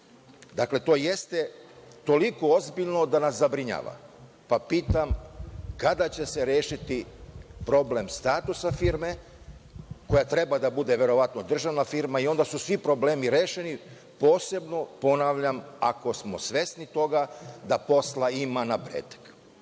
reši. Dakle, to jeste toliko ozbiljno da nas zabrinjava, pa pitam – kada će se rešiti problem statusa firme koja treba da bude verovatno državna firma, i onda su svi problemi rešeni, posebno, ponavljam, ako smo svesni toga da posla ima na pretek? Drugo